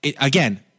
again